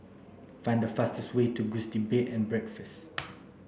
find the fastest way to Gusti Bed and Breakfast